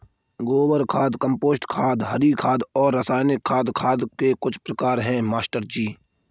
गोबर खाद कंपोस्ट खाद हरी खाद और रासायनिक खाद खाद के कुछ प्रकार है मास्टर जी